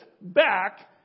back